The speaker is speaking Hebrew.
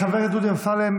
חבר הכנסת דודי אמסלם,